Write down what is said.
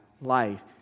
life